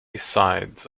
side